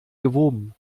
gewoben